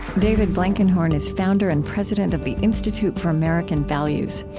david blankenhorn is founder and president of the institute for american values.